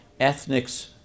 ethnics